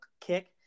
kick